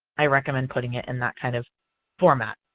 i recommend putting it in that kind of format.